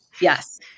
Yes